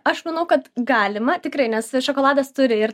aš manau kad galima tikrai nes šokoladas turi ir